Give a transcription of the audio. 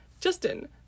Justin